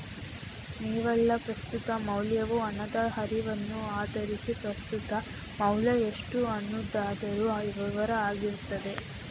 ನಿವ್ವಳ ಪ್ರಸ್ತುತ ಮೌಲ್ಯವು ಹಣದ ಹರಿವನ್ನ ಆಧರಿಸಿ ಪ್ರಸ್ತುತ ಮೌಲ್ಯ ಎಷ್ಟು ಅನ್ನುದರ ವಿವರ ಆಗಿರ್ತದೆ